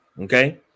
Okay